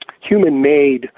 human-made